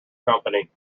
company